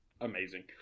amazing